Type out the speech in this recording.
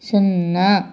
సున్నా